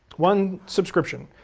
one subscription,